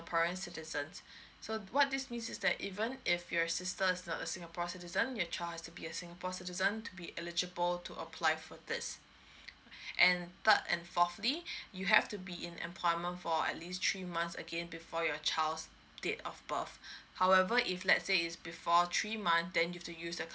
citizens so what this means is that even if your sister is not a singapore citizen your child has to be a singapore citizen to be eligible to apply for this and third and fourthly you have to be in employment for at least three months again before your child's date of birth however if let's say if before three month then you've to use that